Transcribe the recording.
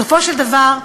בסופו של דבר,